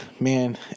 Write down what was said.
Man